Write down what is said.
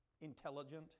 intelligent